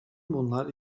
bunlar